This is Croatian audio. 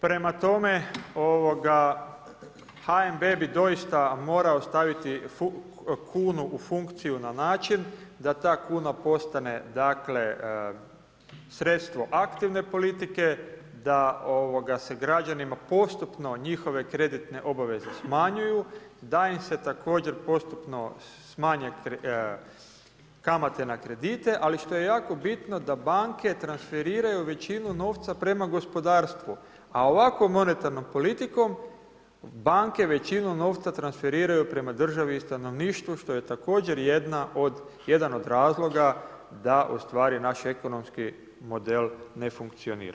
Prema tome, HNB bi doista morao staviti kunu u funkciju na način da ta kuna postane sredstvo aktivne politike, da se građanima postupno njihove kreditne obaveze smanjuju, da im se također postupno smanje kamate na kredite, ali što je jako bitno da banke transferiraju većinu novca prema gospodarstvu, a ovakvom monetarnom politikom banke većinu novca transferiraju prema državi i stanovništvu što je također jedan od razloga da ustvari naš ekonomski model ne funkcionira.